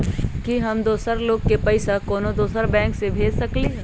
कि हम दोसर लोग के पइसा कोनो दोसर बैंक से भेज सकली ह?